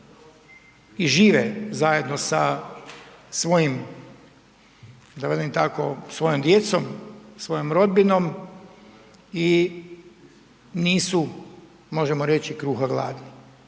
i žive zajedno sa svojim da velim tako svojom djecom, svojom rodbinom i nisu možemo reći kruha gladni.